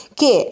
che